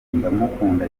ndamukunda